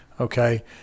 okay